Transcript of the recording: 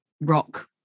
rock